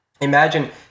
imagine